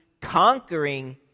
conquering